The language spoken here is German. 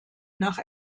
nach